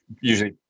usually